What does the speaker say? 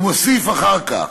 הוא מוסיף אחר כך: